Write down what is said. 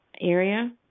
area